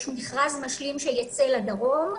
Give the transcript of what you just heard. יש מכרז משלים שייצא לדרום,